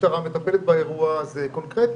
המשטרה מטפלת באירוע הזה קונקרטית,